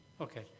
Okay